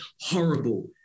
horrible